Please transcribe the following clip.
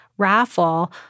raffle